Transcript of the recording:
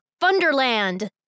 Thunderland